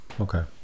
Okay